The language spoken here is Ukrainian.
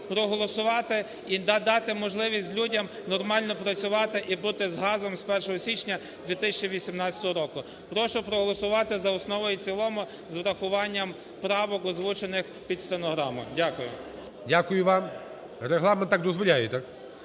проголосувати і надати можливість людям нормально працювати і бути з газом з 1 січня 2018 року. Прошу проголосувати за основу і в цілому з урахуванням правок, озвучених під стенограму. Дякую. ГОЛОВУЮЧИЙ. Дякую вам. Регламент так дозволяє, так?